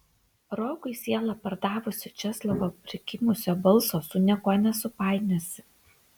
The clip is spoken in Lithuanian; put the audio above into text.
rokui sielą pardavusio česlovo prikimusio balso su niekuo nesupainiosi